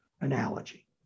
analogy